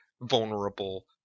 vulnerable